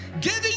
giving